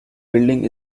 building